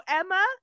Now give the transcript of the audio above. emma